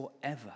forever